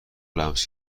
لمس